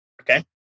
Okay